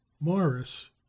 morris